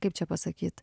kaip čia pasakyt